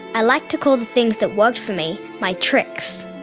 i like to call the things that worked for me my tricks.